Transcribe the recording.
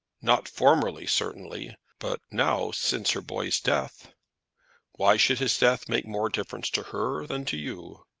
not formerly, certainly but now, since her boy's death why should his death make more difference to her than to you?